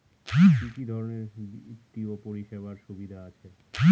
কি কি ধরনের বিত্তীয় পরিষেবার সুবিধা আছে?